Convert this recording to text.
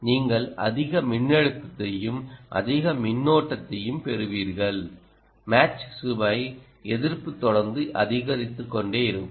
நீங்கள் அதிக மின்னழுத்தத்தையும் அதிக மின்னோட்டத்தையும் பெறுவீர்கள் மேட்ச் சுமை எதிர்ப்பு தொடர்ந்து அதிகரித்துக்கொண்டே இருக்கும்